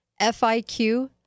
FIQ